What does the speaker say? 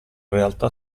realtà